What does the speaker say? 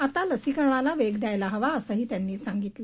आता लसीकरणाला वेग द्यायला हवा असंही त्यांनी सांगितलं